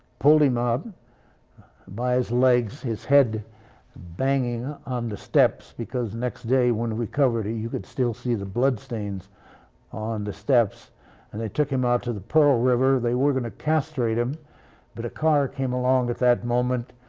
pulled him out by his legs, his head banging on the steps because next day when we covered him, you could still see the blood stains on the steps and they took him out to the pearl river. they were going to castrate him but a car came along at that moment,